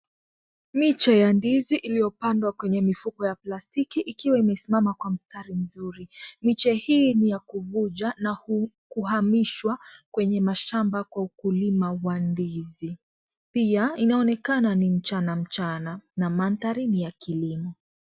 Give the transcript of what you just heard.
Miche ya ndizi iliyopandwa kwenye mifupa ya plastiki ikiwa imesimama Kwa mstari mzuri . Miche hii ni ya kuvuja na kuhamishwa kwenye mashamba wa ukulima wa ndizi pia inaonekana NI mchana mchana na mandhari ni ya kilimo.